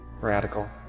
Radical